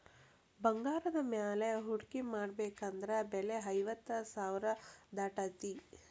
ಬಂಗಾರದ ಮ್ಯಾಲೆ ಹೂಡ್ಕಿ ಮಾಡ್ಬೆಕಂದ್ರ ಬೆಲೆ ಐವತ್ತ್ ಸಾವ್ರಾ ದಾಟೇತಿ